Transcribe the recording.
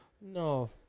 No